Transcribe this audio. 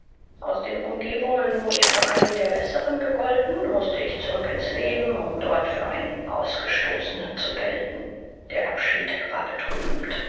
aus den umgebungen wo ich für einen der besseren gegolten mußte ich zurück in's leben um dort für einen ausgestoßenen zu gelten der abschied war betrübend